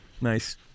Nice